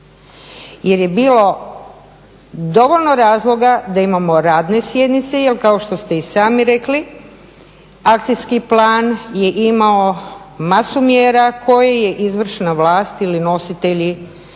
Jer je bilo dovoljno razloga da imamo radne sjednice, jer kao što ste i sami rekli akcijski plan je imao masu mjera koju je izvršna vlast ili nositelji